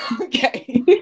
okay